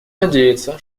надеется